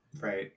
right